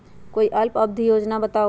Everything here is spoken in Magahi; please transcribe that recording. कोई अल्प अवधि योजना बताऊ?